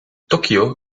tokio